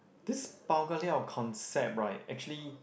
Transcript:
this bao-ka-liao concept right actually